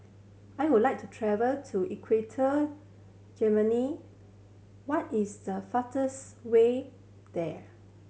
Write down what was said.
I would like to travel to Equatorial Guinea what is the fastest way there